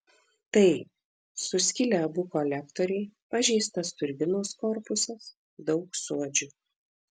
tai suskilę abu kolektoriai pažeistas turbinos korpusas daug suodžių